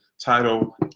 Title